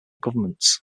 governments